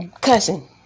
cussing